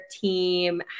team